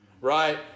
Right